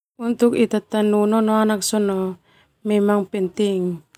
Ita tanu nonoanak sona memang penting.